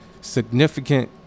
significant